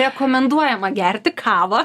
rekomenduojama gerti kavą